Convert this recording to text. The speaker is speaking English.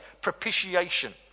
propitiation